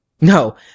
No